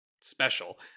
special